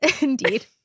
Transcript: Indeed